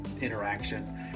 interaction